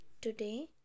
today